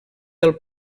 del